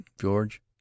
george